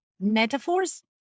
Metaphors